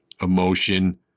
emotion